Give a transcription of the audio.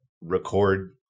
record